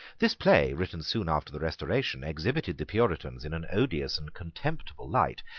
this play, written soon after the restoration, exhibited the puritans in an odious and contemptible light,